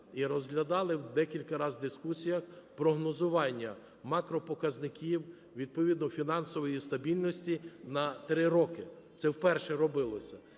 і розглядали декілька раз в дискусіях прогнозування макропоказників, відповідно фінансової стабільності на 3 роки. Це вперше робилося.